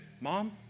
Mom